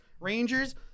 Rangers